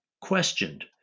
questioned